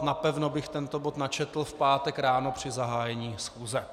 Napevno bych tento bod načetl v pátek ráno při zahájení schůze.